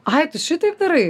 ai tu šitaip darai